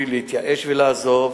להתייאש ולעזוב,